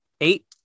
Eight